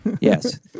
Yes